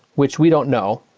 which we don't know.